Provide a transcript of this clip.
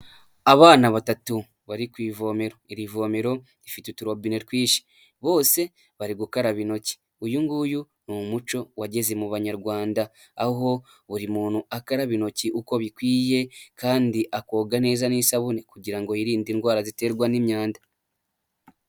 Abana batatu bari kw'ivomero, iri vomero rifite uturobine twinshi bose bari gukaraba intoki, uyu nguyu ni umuco wageze mu banyarwanda aho buri muntu akaraba intoki uko bikwiye kandi, akoga neza n'isabune kugirango ngo yirinde indwara ziterwa n'imyanda,